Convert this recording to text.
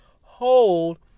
hold